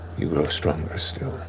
you grow stronger still.